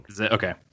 Okay